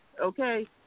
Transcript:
okay